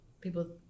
People